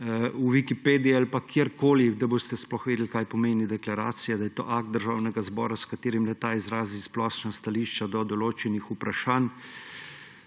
na Wikipediji ali pa kjerkoli, da boste sploh vedeli, kaj pomeni deklaracija, da je to akt Državnega zbora, s katerim le-ta izrazi splošna stališča do določenih vprašanj